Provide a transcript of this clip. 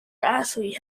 athlete